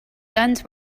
guns